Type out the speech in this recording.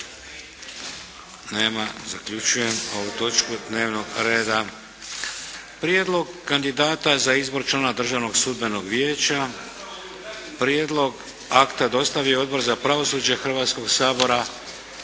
Prijedlog kandidata za izbor člana Državnog sudbenog vijeća Prijedlog akta dostavio je Odbor za pravosuđe Hrvatskog sabora